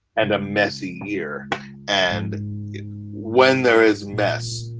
and a messy year and when there is mess,